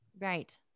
Right